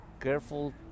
careful